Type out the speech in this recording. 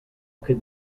could